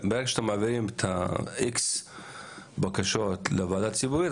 ברגע שאתם מעביריםX בקשות לוועדה הציבורית,